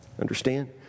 Understand